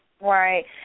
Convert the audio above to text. Right